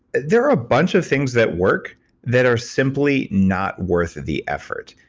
there are a bunch of things that work that are simply not worth the effort.